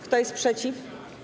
Kto jest przeciw?